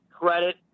credit